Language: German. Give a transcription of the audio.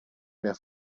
mehr